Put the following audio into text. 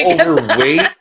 overweight